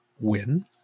win